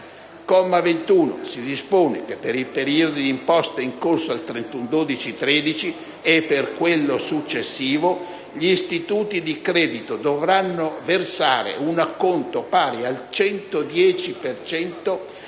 comma 21 si dispone che per i periodi d'imposta in corso al 31 dicembre 2013 e per quello successivo gli istituti di credito dovranno versare un acconto pari al 110